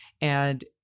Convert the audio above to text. And-